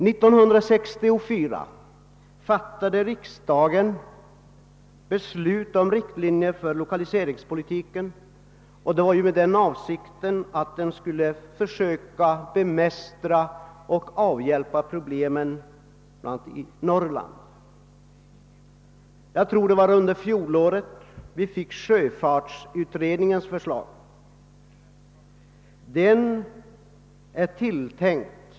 1964 fattade riksdagen beslut om riktlinjer för lokaliseringspolitiken, och avsikten därmed var ju att man skulle försöka bemästra och avhjälpa problemen bl.a. i Norrland. Jag tror det var under fjolåret som sjöfartsutredningen avlämnade sitt betänkande.